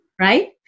right